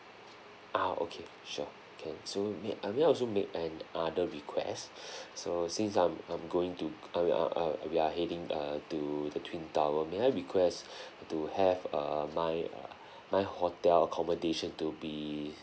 ah okay sure can so may uh may I also make another requests so since I'm I'm going to uh uh uh we are heading uh to the twin tower may I request to have uh my uh my hotel accommodation to be